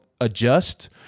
adjust